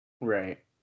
Right